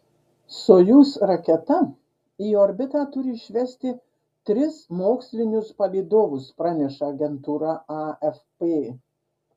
sojuz raketa į orbitą turi išvesti tris mokslinius palydovus praneša agentūra afp